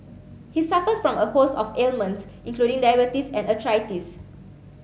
he suffers from a host of ailments including diabetes and arthritis